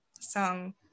song